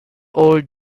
old